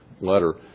letter